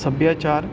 ਸੱਭਿਆਚਾਰ